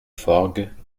forgues